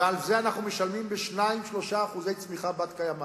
ועל זה אנחנו משלמים ב-3%-2% צמיחה בת-קיימא.